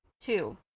Two